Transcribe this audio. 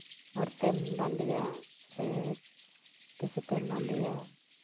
ᱦᱚᱲᱛᱮᱢ ᱵᱟᱸᱫᱮᱭᱟ ᱥᱮ ᱫᱤᱠᱩ ᱛᱮᱢ ᱵᱟᱸᱫᱮᱭᱟ